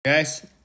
Guys